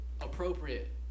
appropriate